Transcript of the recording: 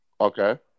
Okay